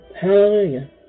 Hallelujah